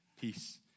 peace